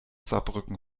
saarbrücken